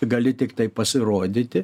gali tiktai pasirodyti